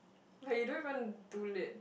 but you don't even do lit